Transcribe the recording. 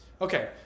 Okay